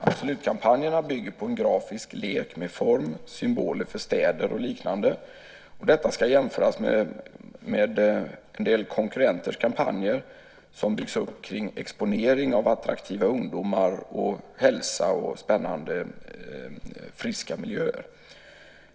Absolutkampanjerna bygger på en grafisk lek med form, symboler för städer och liknande. Detta ska jämföras med en del konkurrenters kampanjer som byggs upp kring exponering av attraktiva ungdomar och hälsa, spännande friska miljöer.